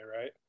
Right